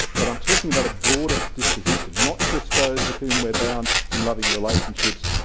but i'm talking about a broader disposition not just those with whom we're bound in loving relationships,